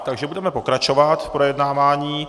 Takže budeme pokračovat v projednávání.